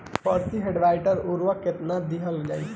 प्रति हेक्टेयर उर्वरक केतना दिहल जाई?